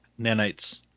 Nanites